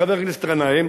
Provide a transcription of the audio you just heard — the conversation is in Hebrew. חבר הכנסת גנאים,